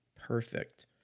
Perfect